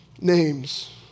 names